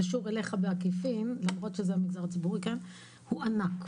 הוא ענק.